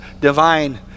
divine